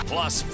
Plus